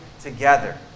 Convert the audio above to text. together